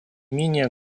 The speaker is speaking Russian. менее